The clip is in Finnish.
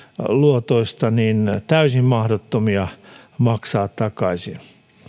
luotoista täysin mahdottomia maksaa takaisin